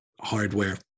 hardware